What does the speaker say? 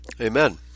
Amen